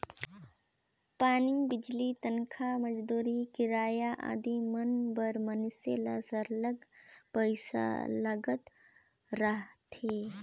पानी, बिजली, तनखा, मंजूरी, किराया आदि मन बर मइनसे ल सरलग पइसा लागत रहथे